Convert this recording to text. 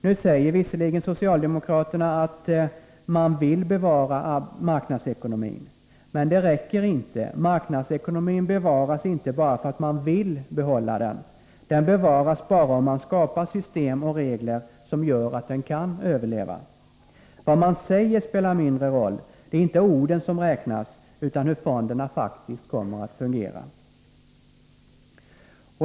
Nu säger visserligen socialdemokraterna att man vill bevara marknadsekonomin. Men det räcker inte. Marknadsekonomin bevaras inte bara för att man vill behålla den. Den bevaras bara om man skapar system och regler som gör att den kan överleva. Vad man säger spelar mindre roll. Det är inte orden som räknas, utan hur fonderna faktiskt kommer att fungera.